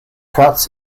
cuts